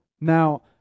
Now